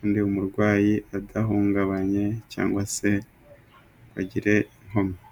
undi umurwayi adahungabanye cyangwa se bagire inkomyi.